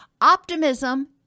optimism